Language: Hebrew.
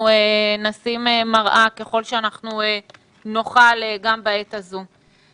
אנחנו נשים מראה ככל שאנחנו נוכל גם בעת הזאת.